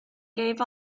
gave